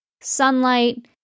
sunlight